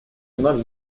вновь